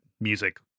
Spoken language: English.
Music